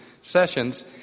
sessions